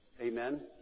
Amen